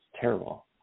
terrible